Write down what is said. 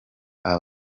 aba